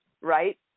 right